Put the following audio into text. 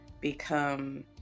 become